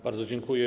Bardzo dziękuję.